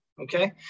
Okay